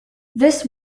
this